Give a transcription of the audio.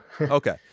Okay